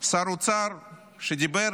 שר אוצר שדיבר